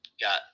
got